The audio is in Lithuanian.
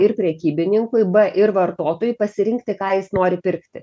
ir prekybininkui b ir vartotojui pasirinkti ką jis nori pirkti